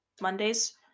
mondays